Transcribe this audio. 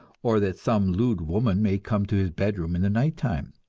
or that some lewd woman may come to his bedroom in the night-time.